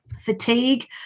Fatigue